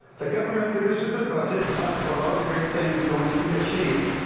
the government produces their budget and talks about all the great things going to be achieved.